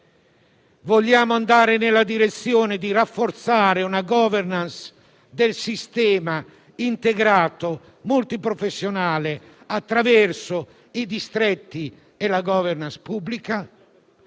vogliamo andare nella direzione di rafforzare una *governance* del sistema integrato, e multiprofessionale attraverso i distretti e la *governance* pubblica